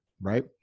Right